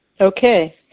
Okay